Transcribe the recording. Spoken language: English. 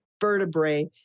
vertebrae